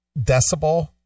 decibel